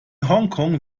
hongkong